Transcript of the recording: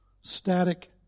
static